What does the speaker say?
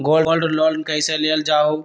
Gold loan कईसे लेल जाहु?